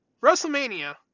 WrestleMania